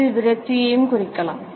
இது விரக்தியையும் குறிக்கலாம்